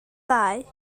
dau